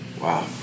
Wow